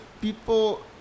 people